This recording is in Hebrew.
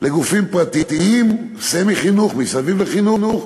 לגופים פרטיים, סמי-חינוך, מסביב לחינוך,